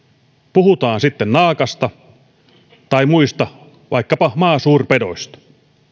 puhutaan sitten naakasta tai muista vaikkapa maasuurpedoista